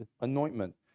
anointment